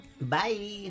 Bye